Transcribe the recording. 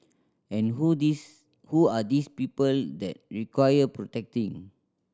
and who these who are these people that require protecting